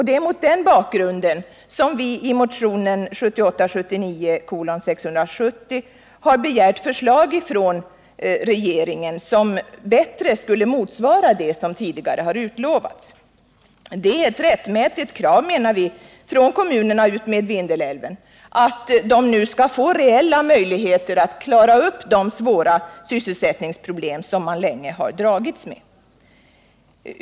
Det är mot den bakgrunden som vi i motionen 1978/79:670 begärt förslag från regeringen som bättre skulle motsvara det som tidigare har utlovats. Det är ett rättmätigt krav, menar vi, från kommunerna utmed Vindelälven att de nu skall få reella möjligheter att klara upp de svåra sysselsättningsproblem som de länge har dragits med.